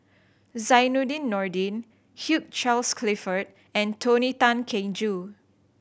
Zainudin Nordin Hugh Charles Clifford and Tony Tan Keng Joo